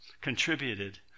contributed